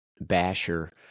Basher